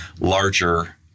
larger